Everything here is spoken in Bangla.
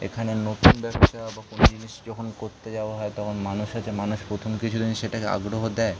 এখানে নতুন ব্যবসা বা কোনো জিনিস যখন করতে যাওয়া হয় তখন মানুষ আছে মানুষ প্রথম কিছু দিন সেটাকে আগ্রহ দেয়